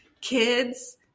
kids